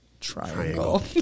triangle